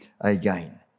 again